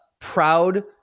proud